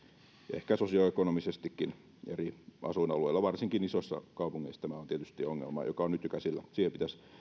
ehkä sosioekonomisestikin eri asuinalueilla varsinkin isoissa kaupungeissa tämä on tietysti ongelma joka on nyt jo käsillä siihen pitäisi